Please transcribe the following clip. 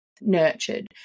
nurtured